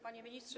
Panie Ministrze!